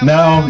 Now